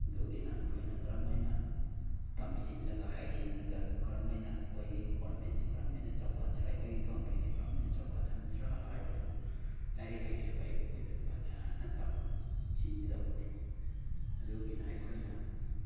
ꯑꯗꯨꯒꯤꯅ ꯑꯩꯈꯣꯏꯅ ꯀꯔꯝꯃꯥꯏꯅ ꯇꯝꯁꯤꯜꯂꯒ ꯍꯩ ꯁꯤꯡꯉꯒ ꯀꯔꯝꯃꯥꯏꯅ ꯑꯩꯈꯣꯏꯒꯤ ꯒꯣꯔꯃꯦꯟꯁꯤ ꯀꯔꯝꯃꯥꯏꯅ ꯆꯥꯎꯈꯠꯁꯤꯔꯥ ꯑꯩꯈꯣꯏꯒꯤ ꯀꯟꯇ꯭ꯔꯤꯁꯤ ꯀꯔꯝꯃꯥꯏꯅ ꯆꯥꯎꯈꯠꯍꯟꯁꯤꯔꯥ ꯍꯥꯏꯕꯗꯨ ꯂꯥꯏꯔꯤꯛ ꯂꯥꯏꯁꯨ ꯍꯩꯕ ꯑꯩꯈꯣꯏꯗ ꯐꯖꯅ ꯇꯝꯁꯤꯟꯒꯗꯧꯕꯅꯤ ꯑꯗꯨꯒꯤꯅ ꯑꯩꯈꯣꯏꯅ